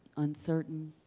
uncertain,